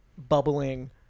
Bubbling